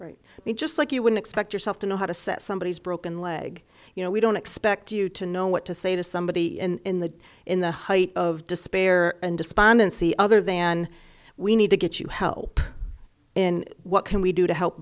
right me just like you would expect yourself to know how to set somebody who's broken leg you know we don't expect you to know what to say to somebody in the in the height of despair and despondency other than we need to get you help in what can we do to help